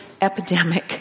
epidemic